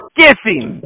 kissing